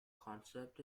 concept